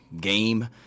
game